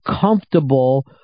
comfortable